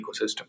ecosystem